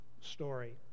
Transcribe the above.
story